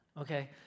okay